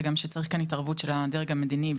שגם צריך כאן התערבות של הדרג המדיני.